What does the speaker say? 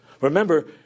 Remember